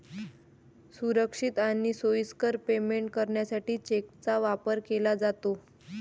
सुरक्षित आणि सोयीस्कर पेमेंट करण्यासाठी चेकचा वापर केला जातो